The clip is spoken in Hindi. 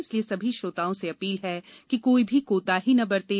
इसलिए सभी श्रोताओं से अपील है कि कोई भी कोताही न बरतें